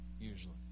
usually